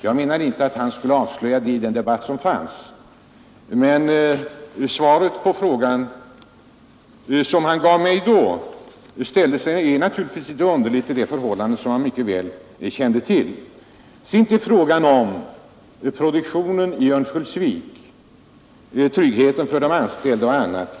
Jag menar inte att han skulle ha avslöjat det i den debatten, men det svar han gav mig då ter sig naturligtvis litet underligt när man vet att han kände till det förhållandet. Jag vill sedan ta upp frågan om produktionen i Örnsköldsvik, tryggheten för de anställda osv.